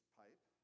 pipe